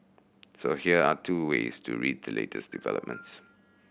so here are two ways to read the latest developments